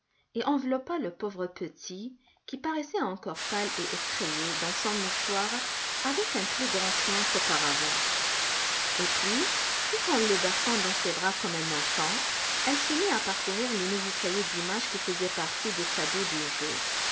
et enveloppa le pauvre petit qui paraissait encore pâle et effrayé dans son mouchoir avec un plus grand soin qu'auparavant et puis tout en le berçant dans ses bras comme un enfant elle se mit à parcourir le nouveau cahier d'images qui faisait partie des cadeaux du jour